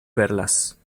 perlas